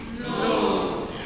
No